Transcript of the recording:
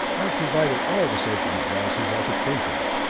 i have provided all the safety devices i could think of.